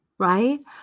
right